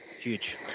Huge